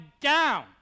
down